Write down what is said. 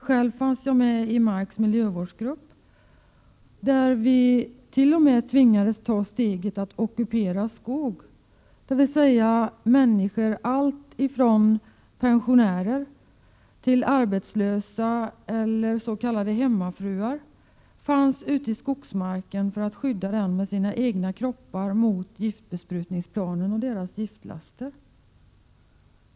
Själv var jag med i Marks miljövårdsgrupp, där vi t.o.m. tvingades ta steget att ockupera skog: Pensionärer, arbetslösa och s.k. hemmafruar fanns ute i skogsmarken för att med sina egna kroppar skydda den mot giftbesprutningsplanen och deras giftlaster.